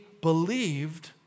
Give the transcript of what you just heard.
believed